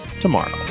tomorrow